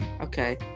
Okay